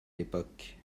l’époque